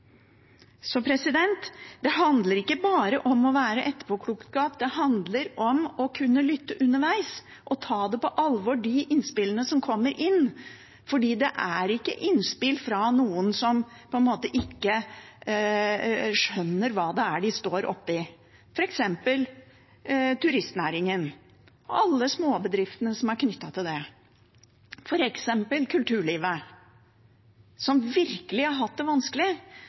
Så dette handler ikke bare om å være etterpåklok. Det handler om å kunne lytte underveis og ta på alvor de innspillene som kommer inn, for dette er ikke innspill fra noen som ikke skjønner hva de står oppe i. Det gjelder f.eks. turistnæringen og alle småbedriftene som er knyttet til den, og det gjelder f.eks. kulturlivet, som virkelig har hatt det vanskelig.